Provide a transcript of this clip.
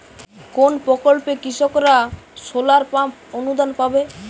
কোন প্রকল্পে কৃষকরা সোলার পাম্প অনুদান পাবে?